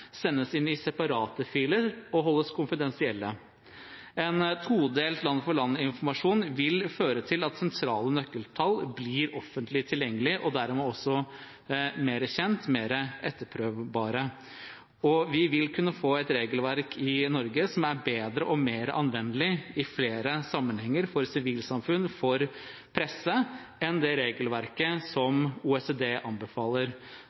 inn i separate filer og holdes konfidensielle. En todelt land-for-land-informasjon vil føre til at sentrale nøkkeltall blir offentlig tilgjengelig, og dermed også mere kjent ‒ mere etterprøvbare. Vi vil kunne få et regelverk i Norge som er bedre og mer anvendelig i flere sammenhenger for sivilsamfunn og for presse enn det regelverket som OECD anbefaler,